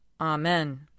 Amen